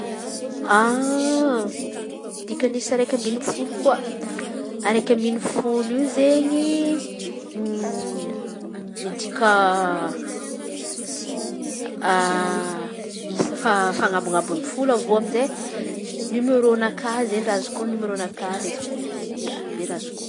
Dikany isa raiky amby folo koa. Araikamby ny folo io izen̈y midika isa fanambin̈amby ny folo avy eo amizay nimeraonakà zay raha azoko onon̈a nimeraonakà a lekôly.